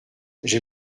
j’ai